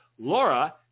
laura